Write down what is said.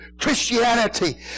Christianity